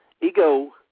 Ego